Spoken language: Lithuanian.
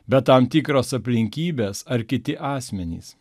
bet tam tikros aplinkybės ar kiti asmenys